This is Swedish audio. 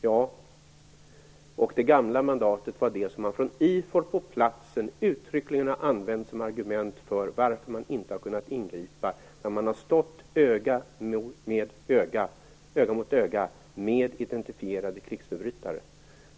Ja - och det gamla mandatet var det som man från IFOR på platsen uttryckligen har använt som argument i fråga om varför man inte har kunnat ingripa när man har stått öga mot öga med identifierade krigsförbrytare.